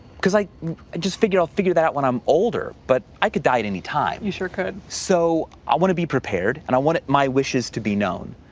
because i just figured i'll figure that out when i'm older, but i could die at any time. you sure could. so i wanna be prepared, and i want my wishes to be known.